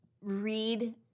read